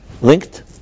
Linked